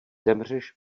zemřeš